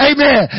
Amen